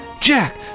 Jack